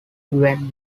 when